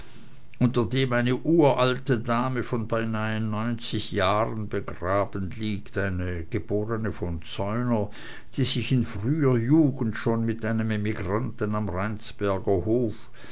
unter dem eine uralte dame von beinah neunzig jahren begraben liegt eine geborne von zeuner die sich in früher jugend schon mit einem emigranten am rheinsberger hof